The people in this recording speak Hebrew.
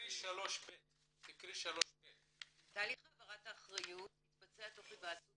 תקראי את 3.ב. תהליך העברת האחריות יתבצע תוך היוועצות